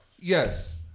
Yes